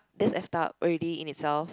that's effed up already in itself